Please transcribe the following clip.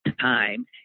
time